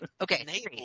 Okay